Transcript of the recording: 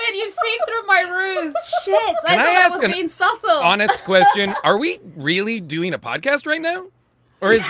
it. you see my rules i mean, sotho honest question. are we really doing a podcast right now or is